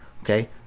okay